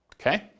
Okay